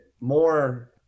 more